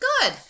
Good